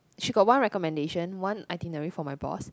she got one recommendation one itinerary for my boss